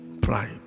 Pride